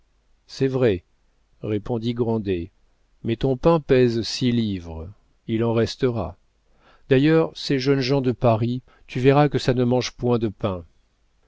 c'est vrai répondit grandet mais ton pain pèse six livres il en restera d'ailleurs ces jeunes gens de paris tu verras que ça ne mange point de pain